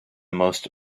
most